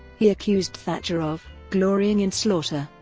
he accused thatcher of glorying in slaughter,